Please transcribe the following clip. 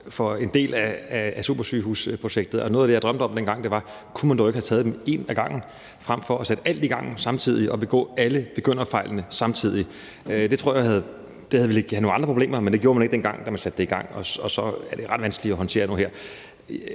for en del af supersygehusprojektet. Noget af det, jeg drømte om dengang, var, om man dog ikke kunne have taget dem et ad gangen frem for at sætte alt i gang samtidig og begå alle begynderfejlene samtidig. Det tror jeg ville have givet nogle andre problemer; men det gjorde man ikke, dengang man satte det i gang, og så er det ret vanskeligt at håndtere nu her.